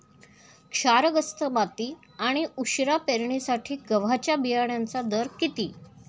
क्षारग्रस्त माती आणि उशिरा पेरणीसाठी गव्हाच्या बियाण्यांचा दर किती?